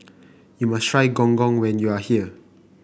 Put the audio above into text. you must try Gong Gong when you are here